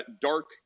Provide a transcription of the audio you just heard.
dark